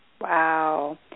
Wow